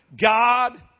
God